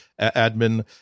admin